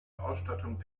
ausstattung